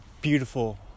Beautiful